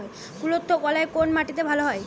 কুলত্থ কলাই কোন মাটিতে ভালো হয়?